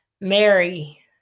Mary